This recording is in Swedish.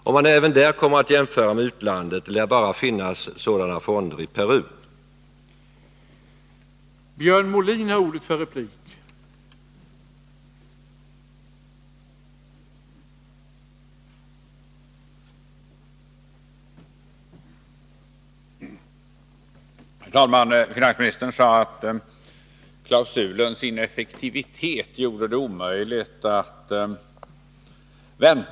Om man även på det området kommer att göra internationella jämförelser, lär man finna att sådana fonder finns bara i Peru.